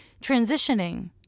Transitioning